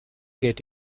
get